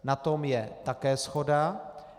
Na tom je také shoda.